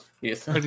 Yes